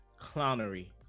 clownery